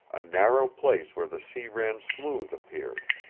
a narrow place where the sea ran smooth appeared.